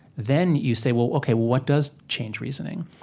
then you say, well, ok, what does change reasoning?